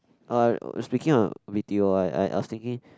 uh speaking of b_t_o I I was thinking